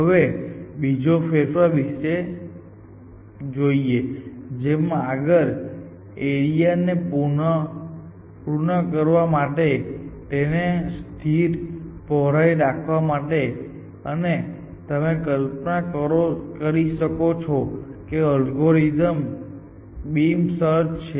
હવે બીજા ફેરફાર વિશે જોઈએ જેમાં આગળ આ એરિયા ને વધુ પૃન કરવા અને તેને સ્થિર પહોળાઈથી રાખવા માટે છે અને તમે કલ્પના કરી શકો છો કે તે અલ્ગોરિધમ બીમ સર્ચ છે